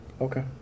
okay